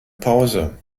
pause